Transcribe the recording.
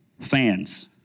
fans